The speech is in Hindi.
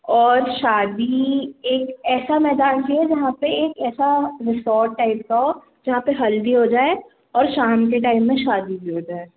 और शादी एक ऐसा मैदान चाहिए जहाँ पर एक ऐसा रिेसॉर्ट टाइप का हो जहाँ पर हल्दी हो जाए और शाम के टाइम में शादी भी हो जाए